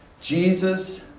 Jesus